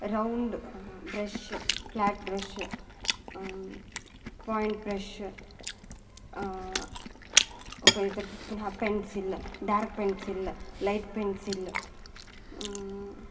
round brush flat brush point brush उपयुक्तं पुन pencil dark pencil light pencil